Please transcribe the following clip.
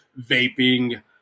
vaping